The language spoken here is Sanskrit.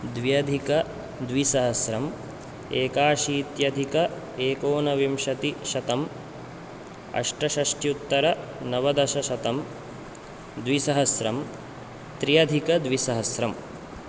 द्व्यधिकद्विसहस्रम् एकाशीत्यधिक एकोनविंशतिशतम् अष्टषष्ट्युत्तरनवदशशतं द्विसहस्रं त्रि अधिकद्विसहस्रं